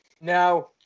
now